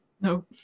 No